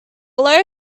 low